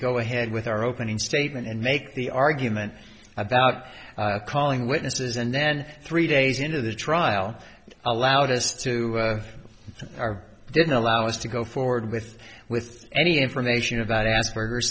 go ahead with our opening statement and make the argument about calling witnesses and then three days into the trial allowed us to our didn't allow us to go forward with with any information about asperger